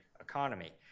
economy